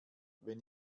wenn